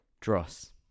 Dross